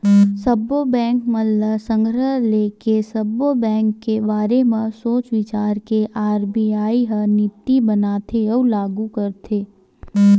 सब्बो बेंक मन ल संघरा लेके, सब्बो बेंक के बारे म सोच बिचार के आर.बी.आई ह नीति बनाथे अउ लागू करथे